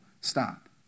stop